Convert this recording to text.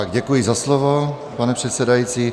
Děkuji za slovo, pane předsedající.